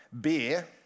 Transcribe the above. Beer